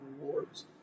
rewards